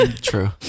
true